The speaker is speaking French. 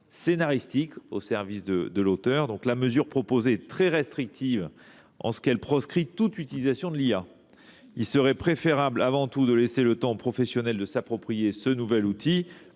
scénaristique au service de l’auteur. La mesure proposée est très restrictive, puisqu’elle proscrit toute utilisation de l’intelligence artificielle. Il serait préférable, avant tout, de laisser le temps aux professionnels de s’approprier ce nouvel outil,